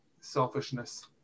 selfishness